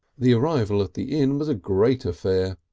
the arrival at the inn was a great affair.